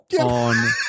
on